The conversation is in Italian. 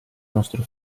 nostro